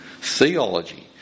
theology